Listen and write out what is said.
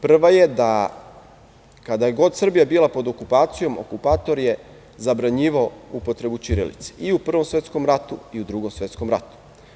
Prva je da kada je god Srbija bila pod okupacijom okupator je zabranjivao upotrebu ćirilice, i u Prvom svetskom ratu i u Drugom svetskom ratu.